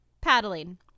Paddling